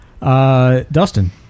Dustin